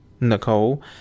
Nicole